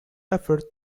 effort